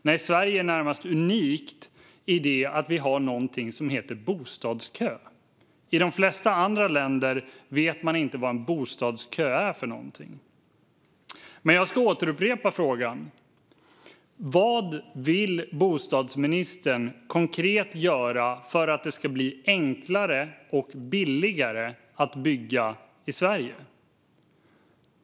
Nej, Sverige är närmast unikt i det att vi har något som heter bostadskö. I de flesta andra länder vet man inte vad en bostadskö är för något. Låt mig upprepa min fråga: Vad vill bostadsministern konkret göra för att det ska enklare och billigare att bygga i Sverige?